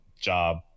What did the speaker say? Job